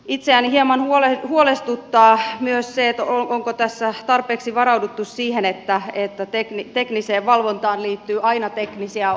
itseäni hieman huolestuttaa myös se onko tässä tarpeeksi varauduttu siihen että tekniseen valvontaan liittyy aina teknisiä ongelmia